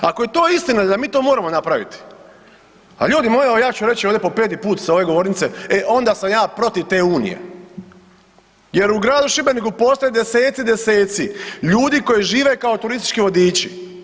Ako je to istina da mi to moramo napraviti, a ljudi moji evo ja ću reći po peti put sa ove govornice, e onda sam ja protiv te unije jer u gradu Šibeniku postoje desetci i desetci ljudi koji žive kao turistički vodiči.